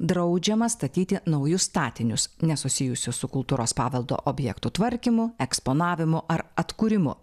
draudžiama statyti naujus statinius nesusijusius su kultūros paveldo objektų tvarkymu eksponavimu ar atkūrimu